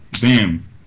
Bam